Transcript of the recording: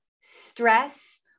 stress